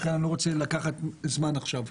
לכן, אני לא רוצה לגזול זמן עכשיו.